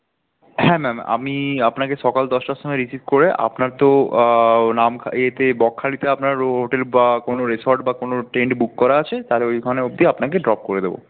হ্যাঁ ম্যাম আমি আপনাকে সকাল দশটার সময় রিসিভ করে আপনার তো ও নাম ইয়েতে বখখালিতে হোটেল বা কোনো রিসর্ট বা কোনো টেন্ট বুক করা আছে তাহলে ঐখানে অবধি আপনাকে ড্রপ করে দেবো